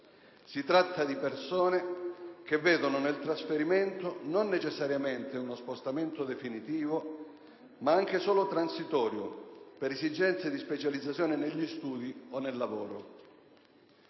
Si tratta di persone che vedono nel trasferimento non necessariamente uno spostamento definitivo, ma anche solo transitorio, per esigenze di specializzazione negli studi o nel lavoro.